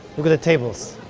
look at the tables,